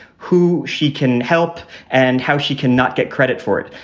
who she can help and how she cannot get credit for it.